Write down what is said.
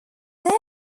there